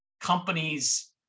companies